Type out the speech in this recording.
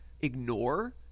ignore